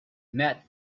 met